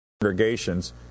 congregations